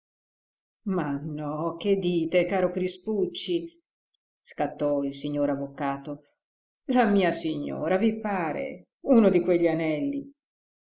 ma no che dite caro crispucci scattò il signor avvocato la mia signora vi pare uno di quegli anelli